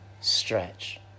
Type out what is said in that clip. stretch